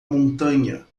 montanha